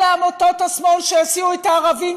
אלה עמותות השמאל שהסיעו את הערבים,